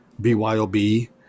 byob